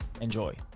Enjoy